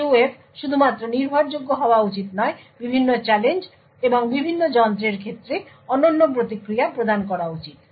PUF শুধুমাত্র নির্ভরযোগ্য হওয়া উচিত নয় বিভিন্ন চ্যালেঞ্জ এবং বিভিন্ন যন্ত্রের ক্ষেত্রে অনন্য প্রতিক্রিয়া প্রদান করা উচিত